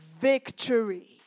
Victory